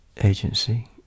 agency